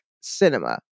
cinema